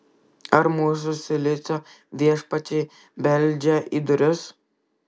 ar mūsų silicio viešpačiai beldžia į duris